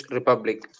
Republic